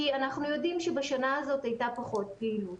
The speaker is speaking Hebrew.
כי אנחנו יודעים שבשנה הזאת הייתה פחות פעילות,